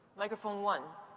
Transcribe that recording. microphone one.